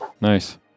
Nice